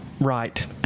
Right